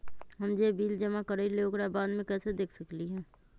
हम जे बिल जमा करईले ओकरा बाद में कैसे देख सकलि ह?